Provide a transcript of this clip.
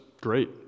Great